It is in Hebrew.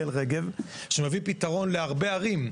תל רגב שמביא פתרון להרבה ערים,